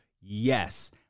yes